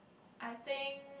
I think